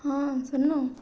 ହଁ ସୁନୁ